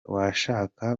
washaka